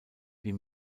wie